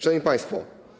Szanowni Państwo!